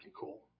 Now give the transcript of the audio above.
cool